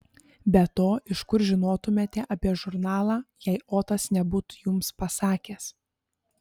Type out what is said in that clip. be to iš kur žinotumėte apie žurnalą jei otas nebūtų jums pasakęs